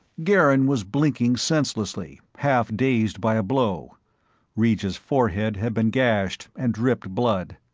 garin was blinking senselessly, half-dazed by a blow regis' forehead had been gashed and dripped blood,